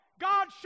God